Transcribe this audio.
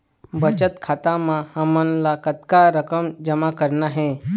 बचत खाता म हमन ला कतक रकम जमा करना हे?